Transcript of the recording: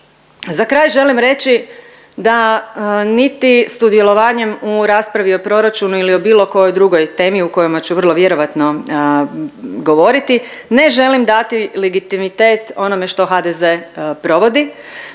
Za kraj želim reći da niti sudjelovanjem u raspravu o proračunu ili o bilo kojoj drugoj temi u kojima ću vrlo vjerojatno govoriti, ne želim dati legitimitet onome što HDZ provodi,